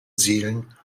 seelen